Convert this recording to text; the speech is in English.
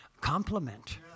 compliment